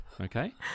Okay